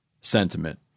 sentiment